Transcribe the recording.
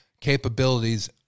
capabilities